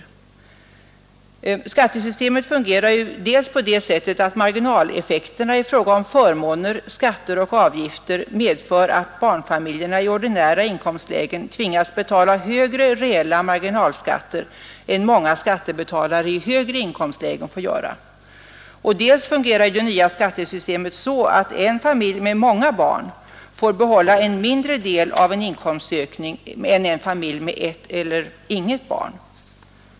Det nya skattesystemet fungerar ju dels på det sättet att marginaleffekterna i fråga om förmåner, skatter och avgifter medför att barnfamiljerna i ordinära inkomstlägen tvingas betala högre reella marginalskatter än många skattebetalare i högre inkomstlägen får göra, dels på det sättet att en familj med många barn får behålla en mindre del av en inkomstökning än en familj med ett eller inget barn.